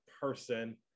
person